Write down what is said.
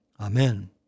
Amen